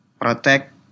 protect